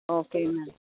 okay madam